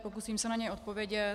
Pokusím se na ně odpovědět.